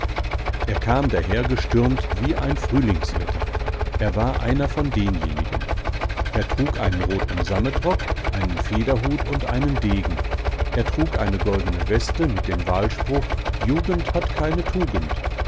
er kam dahergestürmt wie ein frühlingswetter er war einer von denjenigen er trug einen roten sammetrock einen federhut und einen degen er trug eine goldene weste mit dem wahlspruch jugend hat keine tugend